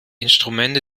instrumente